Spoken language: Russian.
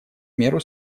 меру